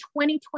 2020